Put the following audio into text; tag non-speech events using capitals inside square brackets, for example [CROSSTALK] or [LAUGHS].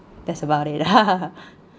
that's about it [LAUGHS]